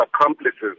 accomplices